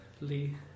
Lee